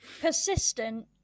persistent